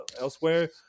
elsewhere